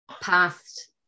past